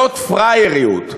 זאת פראייריות,